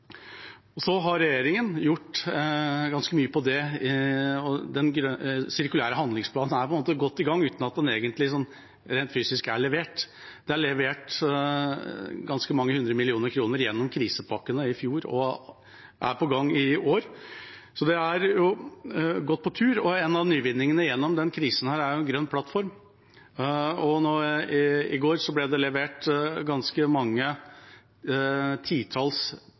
Den sirkulære handlingsplanen er på en måte godt i gang uten at den egentlig sånn rent fysisk er levert. Det er levert ganske mange hundre millioner kroner gjennom krisepakkene i fjor, og det er på gang i år, så det er godt på vei. En av nyvinningene gjennom denne krisen er Grønn plattform. I går ble det levert ganske mange titalls